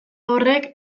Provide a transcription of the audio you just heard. horrek